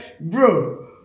bro